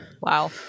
Wow